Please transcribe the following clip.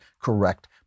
correct